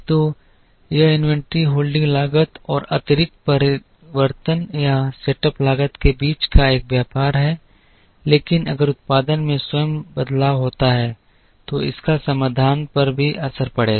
तो यह inventory holding लागत और अतिरिक्त परिवर्तन या सेटअप लागत के बीच का एक व्यापार है लेकिन अगर उत्पादन में स्वयं बदलाव होता है तो इसका समाधान पर भी असर पड़ेगा